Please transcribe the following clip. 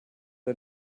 der